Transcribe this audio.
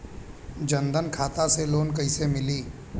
जन धन खाता से लोन कैसे मिली?